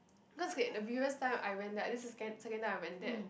because okay the previous time I went there this is second second time I went there